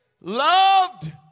loved